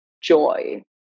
joy